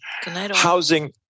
housing